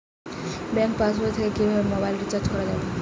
Bank পাশবই থেকে কিভাবে মোবাইল রিচার্জ করা যাবে?